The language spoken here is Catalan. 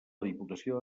diputació